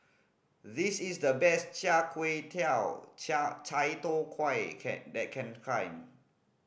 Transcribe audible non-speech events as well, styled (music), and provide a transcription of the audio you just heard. this is the best char kuih tiao char Chai Tow Kuay can that can (unintelligible)